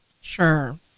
Sure